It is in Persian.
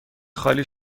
خالی